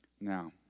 Now